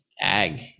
ag